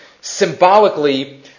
symbolically